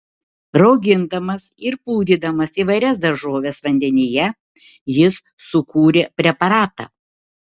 raugindamas ir pūdydamas įvairias daržoves vandenyje jis sukūrė preparatą